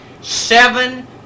seven